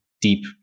deep